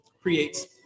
creates